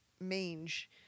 mange